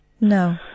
No